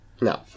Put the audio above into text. No